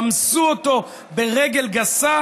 רמסו אותו ברגל גסה